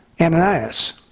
Ananias